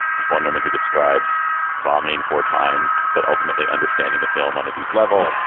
there's one woman who described vomiting four times, but ultimately understanding the film on a deep level.